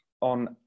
on